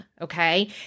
Okay